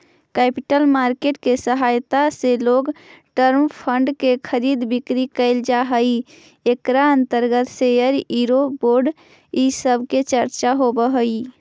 capital market के सहायता से लोंग टर्म फंड के खरीद बिक्री कैल जा हई इकरा अंतर्गत शेयर यूरो बोंड इ सब के चर्चा होवऽ हई